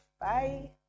Bye